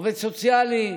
עובד סוציאלי,